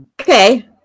Okay